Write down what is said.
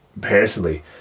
personally